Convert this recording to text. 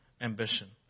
ambition